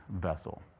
vessel